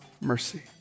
mercy